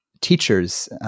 teachers